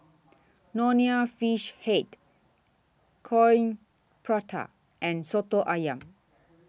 Nonya Fish Head Coin Prata and Soto Ayam